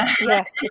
Yes